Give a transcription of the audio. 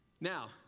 Now